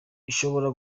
ishobora